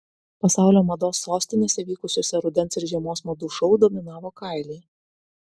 pasaulio mados sostinėse vykusiuose rudens ir žiemos madų šou dominavo kailiai